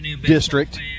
district